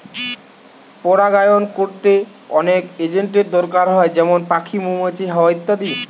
পরাগায়ন কোরতে অনেক এজেন্টের দোরকার হয় যেমন পাখি, মৌমাছি, হাওয়া ইত্যাদি